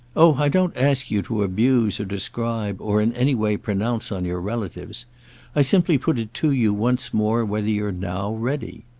oh i don't ask you to abuse or describe or in any way pronounce on your relatives i simply put it to you once more whether you're now ready.